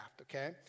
okay